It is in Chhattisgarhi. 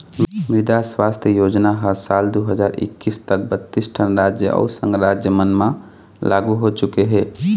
मृदा सुवास्थ योजना ह साल दू हजार एक्कीस तक बत्तीस ठन राज अउ संघ राज मन म लागू हो चुके हे